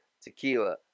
tequila